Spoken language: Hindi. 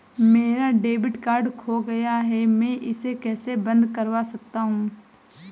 मेरा डेबिट कार्ड खो गया है मैं इसे कैसे बंद करवा सकता हूँ?